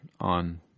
on